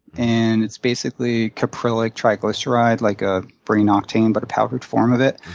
and it's basically caprylic triglyceride, like a brain octane but a powdered form of it.